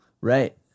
Right